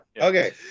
Okay